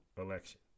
election